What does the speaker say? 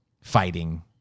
fighting